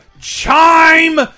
CHIME